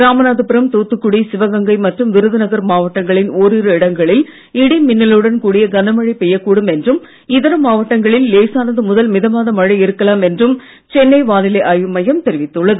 ராமநாதபுரம் தூத்துக்குடி சிவகங்கை மற்றும் விருதுநகர் மாவட்டங்களின் ஓரிரு இடங்களில் இடி மின்னலுடன் கூடிய கனமழை பெய்யக் கூடும் என்றும் இதர மாவட்டங்களில் லேசானது முதல் மிதமான மழை இருக்கலாம் என்றும் சென்னை வானிலை ஆய்வு மையம் தெரிவித்துள்ளது